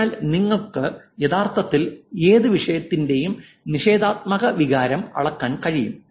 അതിനാൽ നിങ്ങൾക്ക് യഥാർത്ഥത്തിൽ ഏത് വിഷയത്തിന്റെയും നിഷേധാത്മക വികാരം അളക്കാൻ കഴിയും